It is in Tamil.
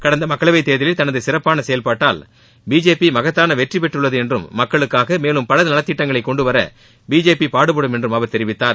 கடந்த மக்களவை தேர்தலில் தனது சிறப்பான செயல்பாட்டால் பிஜேபி மக்கத்தான வெற்றிபெற்றுள்ளது என்றும் மக்களுக்காக மேலும் பல நல்வத்திட்டங்களை கொண்டுவர பிஜேபி பாடுபடும் என்றும் அவர் தெரிவித்தார்